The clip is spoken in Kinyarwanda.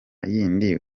y’indi